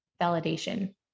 validation